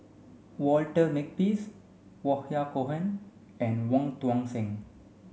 Walter Makepeace Yahya Cohen and Wong Tuang Seng